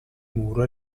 muro